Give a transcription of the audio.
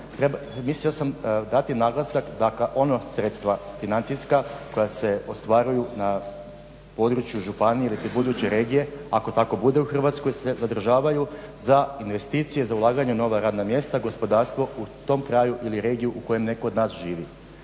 Mislio sam dati naglasak da ona sredstva financijska koja se ostvaruju na području županije iliti buduće regije ako tako budu u Hrvatskoj se zadržavaju za investicije, za ulaganje u nova radna mjesta, gospodarstvo u tom kraju ili regiji u kojem netko od nas živi.